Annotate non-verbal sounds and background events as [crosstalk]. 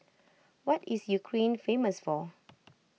what is Ukraine famous for [noise]